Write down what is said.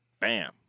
bam